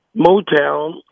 Motown